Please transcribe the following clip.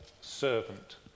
servant